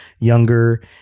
younger